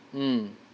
mm